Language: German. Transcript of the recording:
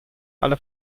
alle